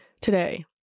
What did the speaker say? today